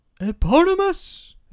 Eponymous